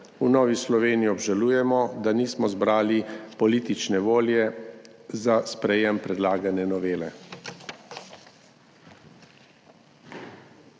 V Novi Sloveniji obžalujemo, da nismo zbrali politične volje za sprejetje predlagane novele.